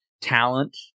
talent